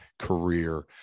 Career